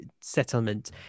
settlement